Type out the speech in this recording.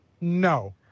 No